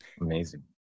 Amazing